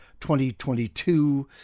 2022